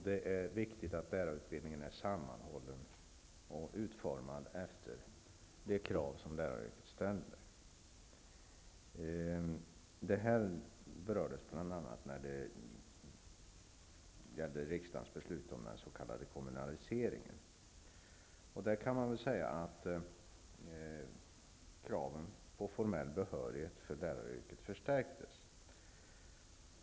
Det är viktigt att lärarutbildningen är sammanhållen och utformad i förhållande till de krav som läraryrket ställer. Detta berördes bl.a. i samband med riksdagens beslut om den s.k. kommunaliseringen. I det sammanhanget kan det väl konstateras att kraven på formell behörighet för läraryrket förstärktes.